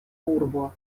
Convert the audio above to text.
urbo